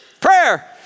Prayer